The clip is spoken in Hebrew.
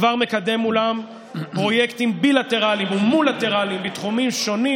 כבר מקדם מולם פרויקטים בילטרליים ומולטילטרליים בתחומים שונים,